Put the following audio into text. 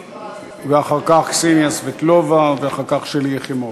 ואחר כך, קסניה סבטלובה, ואחר כך, שלי יחימוביץ.